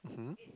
mmhmm